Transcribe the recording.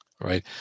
Right